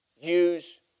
use